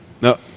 No